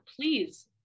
please